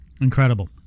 Incredible